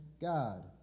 God